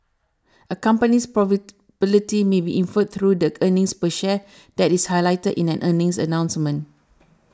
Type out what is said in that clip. a company's profitability may be inferred through the earnings per share that is highlighted in an earnings announcement